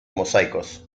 mosaicos